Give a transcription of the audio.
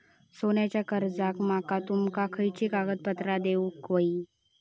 सोन्याच्या कर्जाक माका तुमका खयली कागदपत्रा देऊक व्हयी?